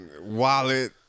wallet